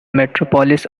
metropolis